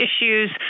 issues